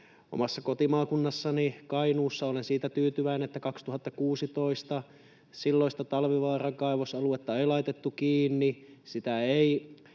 Omassa kotimaakunnassani Kainuussa olen siitä tyytyväinen, että 2016 silloista Talvivaaran kaivosaluetta ei laitettu kiinni. Sitä ei